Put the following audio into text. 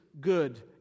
good